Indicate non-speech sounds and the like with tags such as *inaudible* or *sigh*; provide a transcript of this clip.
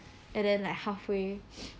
and then like halfway *noise*